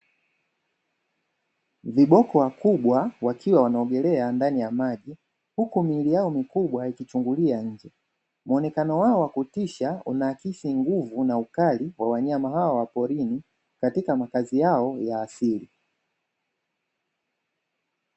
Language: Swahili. Viboko wakubwa wakiwa wanaogelea ndani ya maji huku miili yao mikubwa ikichungulia nje; muonekano wao wa kutisha unaakisi nguvu na ukali wa wanyama hao wa porini katika makazi yao ya asili.